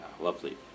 lovely